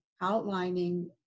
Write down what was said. outlining